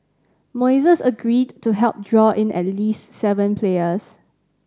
Moises agreed to help draw in at least seven players